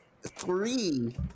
Three